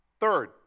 Third